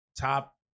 top